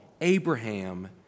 Abraham